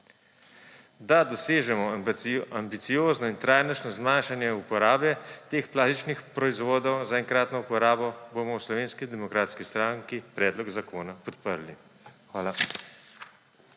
Da dosežemo ambiciozno in trajnostno zmanjšanje uporabe teh plastičnih proizvodov za enkratno uporabo, bomo v SDS predlog zakona podprli. Hvala.